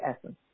essence